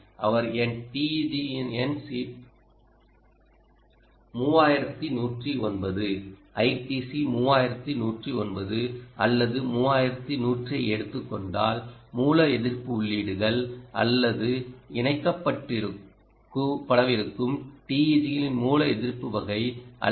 அவர் என் TEG என் chip 3109 ITC3109 அல்லது 3108 ஐ எடுத்துக் கொண்டால் மூல எதிர்ப்பு உள்ளீடுகள் அல்லது இணைக்கப்படவிருக்கும் TEG களின் மூல எதிர்ப்பு வகை அல்லது 2